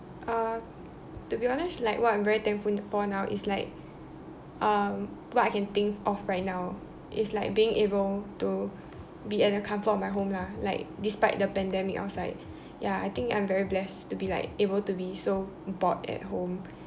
uh to be honest like what I'm very thankful for now is like um what I can think of right now is like being able to be in the comfort of my home lah like despite the pandemic outside ya I think I'm very blessed to be like able to be so bored at home